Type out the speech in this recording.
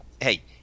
hey